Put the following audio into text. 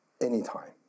anytime